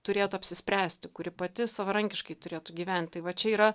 turėtų apsispręsti kuri pati savarankiškai turėtų gyventi va čia yra